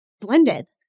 blended